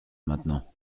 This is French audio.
maintenant